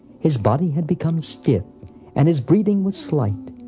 his body had become stiff and his breathing was slight.